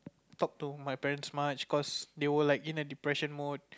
talk to my parents much cause they were like in a depression mood